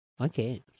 Okay